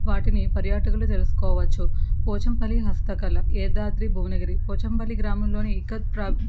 వాటిని పర్యాటకులు తెలుసుకోవచ్చు పోచంపల్లి హస్తకళ యాదాద్రి భువనగిరి పోచంపల్లి గ్రామంలోని